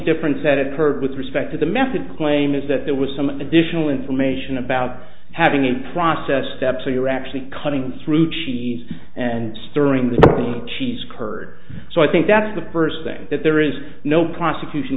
difference that occurred with respect to the method claim is that there was some additional information about having a process step so you're actually cutting through cheese and stirring the cheese curd so i think that's the first thing that there is no prosecution